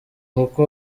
kuko